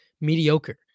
mediocre